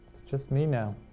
it's just me now.